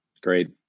Great